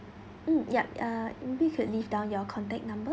mm ya uh maybe you could leave down your contact number